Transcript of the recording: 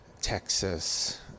Texas